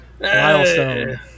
milestone